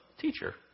teacher